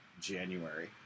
January